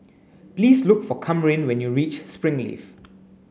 please look for Kamryn when you reach Springleaf